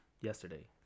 yesterday